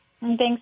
thanks